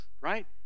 right